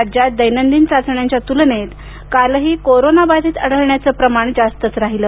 राज्यात दैनंदिन चाचण्यांच्या तुलनेत कालही कोरोनाबाधित आढळण्याचं प्रमाण जास्तच राहिल